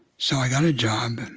so i got a job and